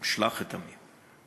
שלח את עמי.